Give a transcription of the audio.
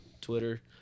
Twitter